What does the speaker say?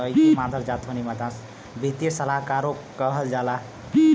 वित्तीय सलाहकारो कहल जाला